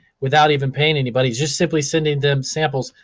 without even paying anybody, just simply sending them samples.